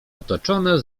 otoczone